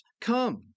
come